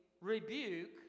rebuke